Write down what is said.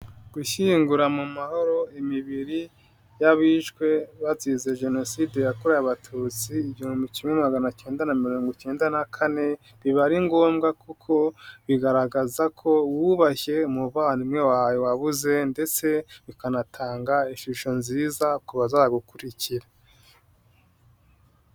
Gushyingura mu mahoro imibiri y'abishwe bazize jenoside yakorewe abatutsi igihumbi kimwe maganacyenda na mirongo cyeyenda na kane, biba ari ngombwa kuko bigaragaza ko wubashye umuvandimwe wawe wabuze, ndetse bikanatanga ishusho nziza ku bazagukurikira.